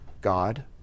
God